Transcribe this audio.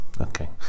Okay